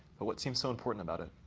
but what seems so important about it?